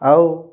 ଆଉ